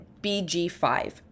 bg5